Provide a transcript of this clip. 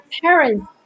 parents